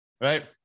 Right